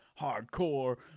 hardcore